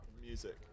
music